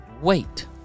wait